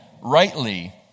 rightly